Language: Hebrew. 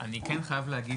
אני כן חייב להגיד,